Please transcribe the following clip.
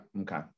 okay